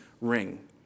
ring